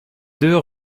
deux